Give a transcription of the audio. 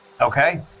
Okay